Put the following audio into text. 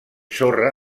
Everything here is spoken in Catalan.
sorra